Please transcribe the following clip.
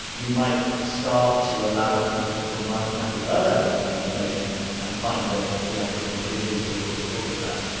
you might start to allow people to combine that with other information and find the the actual individuals you're you're talking about.